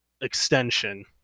extension –